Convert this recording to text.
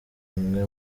umwe